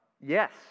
yes